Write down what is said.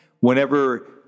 Whenever